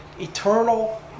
eternal